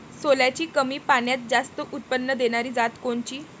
सोल्याची कमी पान्यात जास्त उत्पन्न देनारी जात कोनची?